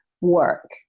work